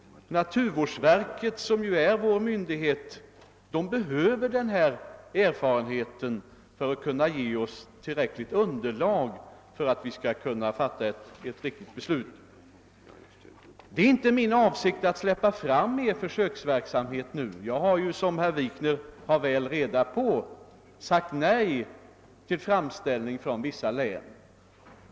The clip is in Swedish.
Naturvårdsverket, som ju är vår jaktvårdande myndighet, behöver denna erfarenhet för att kunna ge oss tillräckligt underlag för att vi skall kunna fatta ett riktigt beslut. Det är inte min avsikt ait släppa fram mer försöksverksamhet nu. Jag har, som herr Wikner har väl reda på, sagt nej till framställningar från vissa län.